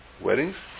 Weddings